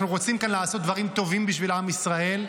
אנחנו רוצים לעשות כאן דברים טובים בשביל עם ישראל,